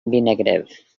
negative